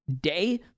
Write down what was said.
day